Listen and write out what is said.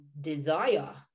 desire